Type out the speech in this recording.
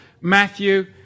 Matthew